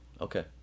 Okay